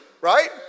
Right